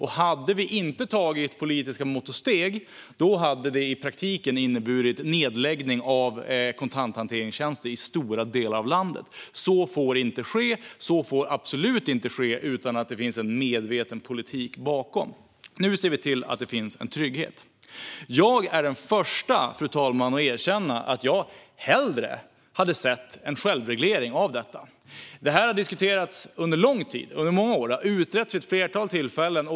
Hade vi inte tagit politiska mått och steg hade det i praktiken inneburit nedläggning av kontanthanteringstjänster i stora delar av landet. Det får inte ske. Och det får absolut inte ske utan att det finns medveten politik bakom. Nu ser vi till att det finns en trygghet. Fru talman! Jag är den första att erkänna att jag hellre hade sett en självreglering av detta. Det har diskuterats under många år och har utretts vid ett flertal tillfällen.